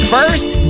First